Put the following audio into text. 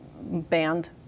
banned